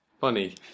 Funny